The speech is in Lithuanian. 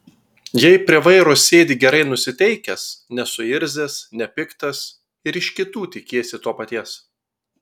jei prie vairo sėdi gerai nusiteikęs nesuirzęs nepiktas ir iš kitų tikiesi to paties